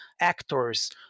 actors